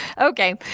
Okay